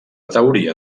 teoria